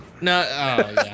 no